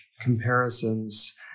comparisons